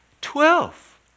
Twelve